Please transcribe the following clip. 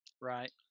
Right